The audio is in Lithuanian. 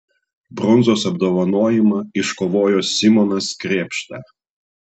bronzos apdovanojimą iškovojo simonas krėpšta